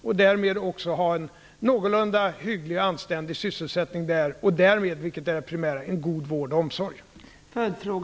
Därmed kan vi också ha en någorlunda anständig sysselsättning där, och därvid, vilket är det primära, en god vård och omsorg.